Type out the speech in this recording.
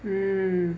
mm